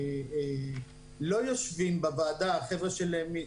אם לא יושבים בוועדה החבר'ה של רמ"י,